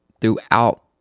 throughout